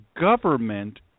government